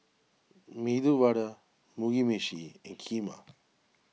Medu Vada Mugi Meshi and Kheema